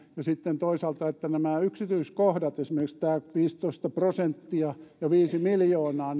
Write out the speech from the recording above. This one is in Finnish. ja sitten toisaalta että käydään tarkkaan läpi ovatko kohdallaan nämä yksityiskohdat esimerkiksi tämä viisitoista prosenttia ja viisi miljoonaa